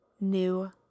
new